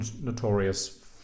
notorious